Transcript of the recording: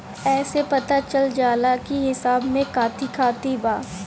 एसे पता चल जाला की हिसाब में काथी काथी बा